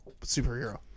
superhero